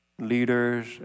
leaders